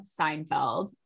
Seinfeld